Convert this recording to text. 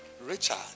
Richard